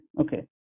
okay